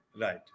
Right